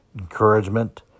encouragement